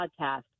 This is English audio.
podcast